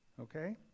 Okay